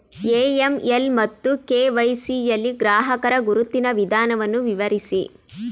AML ಮತ್ತು KYC ಯಲ್ಲಿ ಗ್ರಾಹಕರ ಗುರುತಿನ ವಿಧಾನವನ್ನು ವಿವರಿಸಿ?